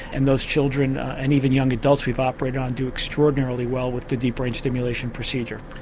and those children, and even young adults we've operated on, do extraordinarily well with the deep brain stimulation procedure.